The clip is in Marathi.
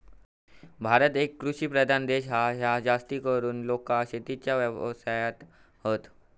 भारत एक कृषि प्रधान देश हा, हय जास्तीकरून लोका शेतीच्या व्यवसायात हत